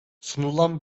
sunulan